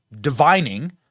divining